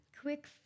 quick